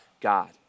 God